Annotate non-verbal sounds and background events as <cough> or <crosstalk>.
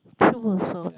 true also <noise>